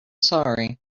sorry